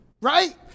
right